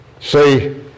See